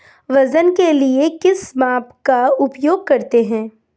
वजन के लिए किस माप का उपयोग करते हैं?